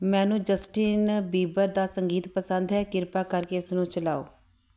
ਮੈਨੂੰ Justin Bieber ਦਾ ਸੰਗੀਤ ਪਸੰਦ ਹੈ ਕਿਰਪਾ ਕਰਕੇ ਇਸਨੂੰ ਚਲਾਓ